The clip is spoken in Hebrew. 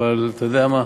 אבל אתה יודע מה?